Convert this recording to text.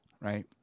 right